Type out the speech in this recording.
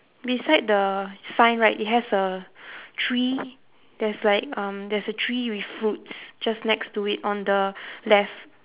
beside the sign right it has a tree there's like um there's a tree with fruits just next to it on the left